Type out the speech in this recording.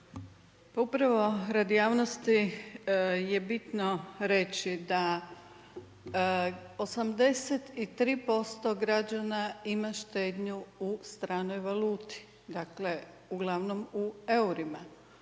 Upravo radi javnosti je bitno reći da 83% građana ima štednju u stranoj valuti, dakle uglavnom u eurima.